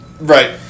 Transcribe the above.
Right